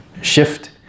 shift